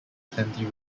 plenty